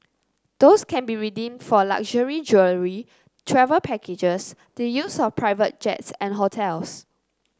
those can be redeemed for luxury jewellery travel packages the use of private jets and hotels